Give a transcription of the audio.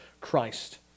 Christ